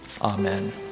Amen